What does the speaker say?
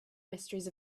mysteries